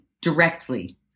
directly